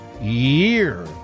year